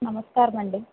నమస్కారమండి